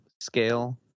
scale